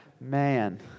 Man